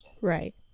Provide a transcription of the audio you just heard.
Right